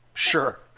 sure